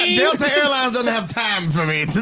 ah yeah delta airlines doesn't have time for me.